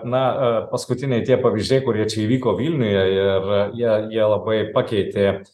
na a paskutiniai tie pavyzdžiai kurie čia įvyko vilniuje ir jie jie labai pakeitė